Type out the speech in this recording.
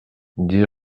dix